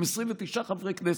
עם 29 חברי כנסת,